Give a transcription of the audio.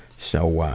so,